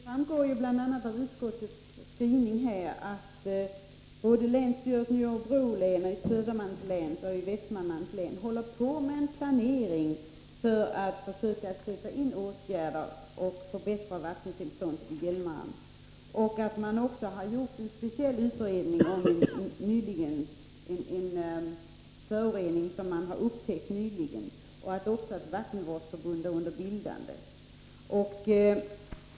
Herr talman! Det framgår bl.a. av utskottets skrivning att länsstyrelserna i Örebro län, i Södermanlands län och i Västmanlands län bedriver ett planeringsarbete för att sätta in åtgärder i Hjälmaren, bl.a. för att förbättra vattentillståndet. Vidare har det gjorts en utredning om en nyligen upptäckt förorening, och ett vattenvårdsförbund är under bildande.